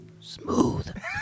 Smooth